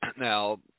Now